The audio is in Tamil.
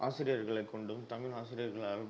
ஆசிரியர்களை கொண்டும் தமிழ் ஆசிரியர்களாலும்